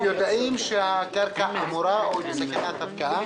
הם יודעים שהקרקע אמורה להיות מופקעת או נמצאת בסכנת הפקעה?